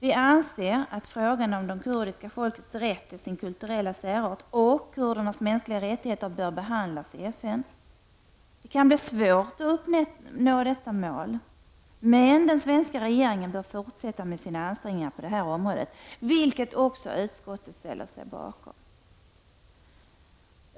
Vi anser att frågan om det kurdiska folkets rätt till sin kulturella särart och frågan om deras mänskliga rättigheter bör behandlas i FN. Det kan bli svårt att uppnå detta mål, men den svenska regeringen bör fortsätta med sina ansträngningar på det här området, vilket också utskottet anser.